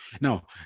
Now